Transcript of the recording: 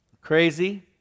Crazy